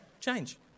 Change